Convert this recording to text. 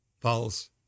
false